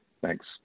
Thanks